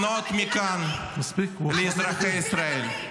תיקח את המילים שלך בחזרה.